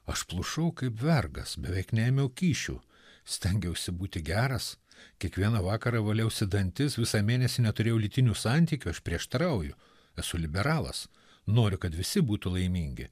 aš plušau kaip vergas beveik neėmiau kyšių stengiausi būti geras kiekvieną vakarą valiausi dantis visą mėnesį neturėjau lytinių santykių aš prieštarauju esu liberalas noriu kad visi būtų laimingi